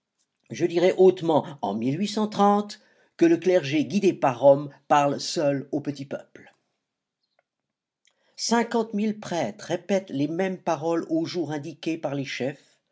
je dirai hautement en que le clergé guidé par rome parle seul au petit peuple cinquante mille prêtres répètent les mêmes paroles au jour indiqué par les chefs